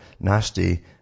nasty